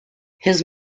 his